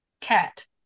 Cat